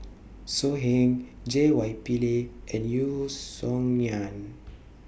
So Heng J Y Pillay and Yeo Song Nian